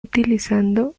utilizando